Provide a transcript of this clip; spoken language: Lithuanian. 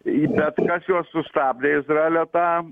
į bet kas juos sustabdė izraelio tą